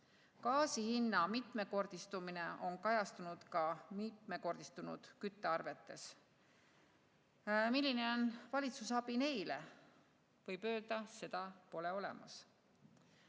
Gaasi hinna mitmekordistumine on kajastunud ka mitmekordistunud küttearvetes. Milline on valitsuse abi neile? Võib öelda, et seda pole olemas.